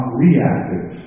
reactive